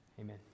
amen